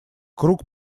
круг